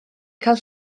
cael